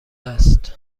است